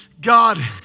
God